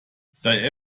sei